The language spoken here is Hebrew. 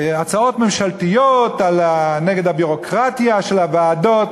הצעות ממשלתיות, נגד הביורוקרטיה של הוועדות,